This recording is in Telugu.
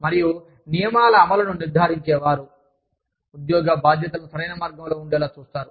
మరియు నియమాల అమలును నిర్ధారించే వారు ఉద్యోగ బాధ్యతలను సరైన మార్గంలో ఉండేలా చూస్తారు